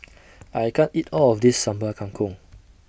I can't eat All of This Sambal Kangkong